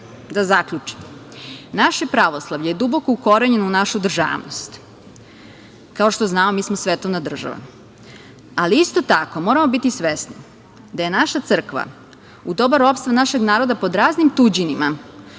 zaključim, naše pravoslavlje je duboko ukorenjeno u našu državnost. Kao što znamo, mi smo svetovna država, ali isto tako moramo biti svesni da je naša crkva u doba ropstva našeg naroda, pod raznim tuđinima,